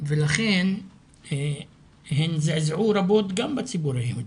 ולכן הן זעזעו רבות גם בציבור היהודי.